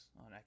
on